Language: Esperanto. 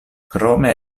krome